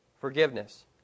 forgiveness